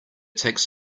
takes